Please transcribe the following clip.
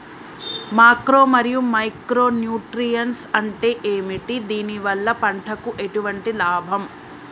Macro మరియు micro nutrients అంటే ఏమిటి? దీనివల్ల పంటకు ఎటువంటి లాభం?